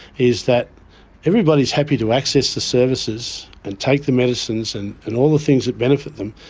is that everybody is happy to access the services and take the medicines and and all the things that benefit them,